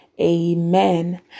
Amen